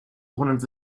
one